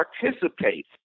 participate